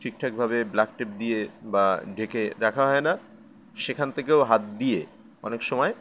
ঠিকঠাকভাবে black tape দিয়ে বা ঢেকে রাখা হয় না সেখান থেকেও হাত দিয়ে অনেক সময়